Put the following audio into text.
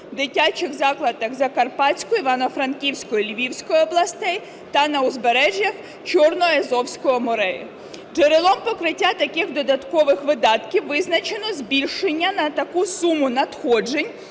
дитячих закладах Закарпатської, Івано-Франківської, Львівської областей та на узбережжях Чорного і Азовського морів. Джерелом покриття таких додаткових видатків визначено збільшення на таку суму надходжень